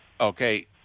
Okay